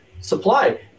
supply